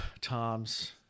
Tom's